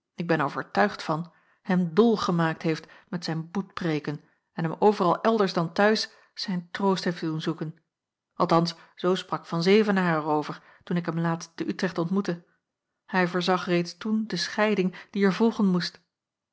ik ben er overtuigd van hem dol gemaakt heeft met zijn boetpreêken en hem overal elders dan t'huis zijn troost heeft doen zoeken althans zoo sprak van zevenaer er over toen ik hem laatst te utrecht ontmoette hij voorzag reeds toen de scheiding die er volgen moest